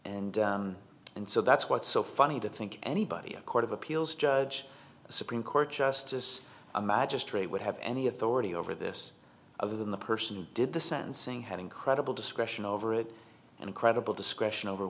and and so that's what's so funny to think anybody a court of appeals judge a supreme court justice a magistrate would have any authority over this other than the person did the sentencing had incredible discretion over it and a credible discretion over